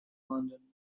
london